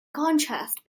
contrast